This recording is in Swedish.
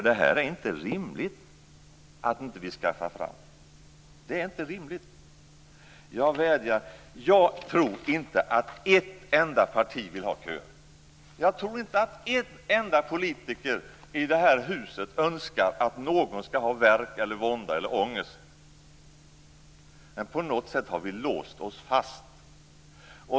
Det är inte rimligt att vi inte skaffar fram pengar till detta. Det är inte rimligt. Jag vill vädja om detta. Jag tror inte att ett enda parti vill ha köer. Jag tror inte att en enda politiker i detta hus önskar att någon skall ha värk, vånda eller ångest. Men på något sätt har vi låst oss fast.